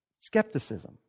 skepticism